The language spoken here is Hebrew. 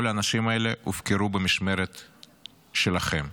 כל האנשים האלה הופקרו במשמרת שלכם.